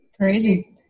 Crazy